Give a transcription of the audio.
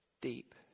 deep